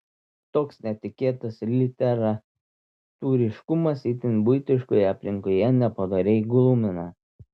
toks netikėtas literatūriškumas itin buitiškoje aplinkoje nepadoriai glumina